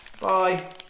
Bye